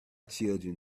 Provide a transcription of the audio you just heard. children